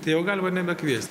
tai jau galima ir nebekviest